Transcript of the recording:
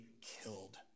killed